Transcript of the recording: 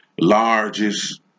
largest